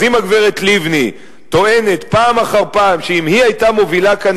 אז אם הגברת לבני טוענת פעם אחר פעם שאם היא היתה מובילה כאן